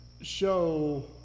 show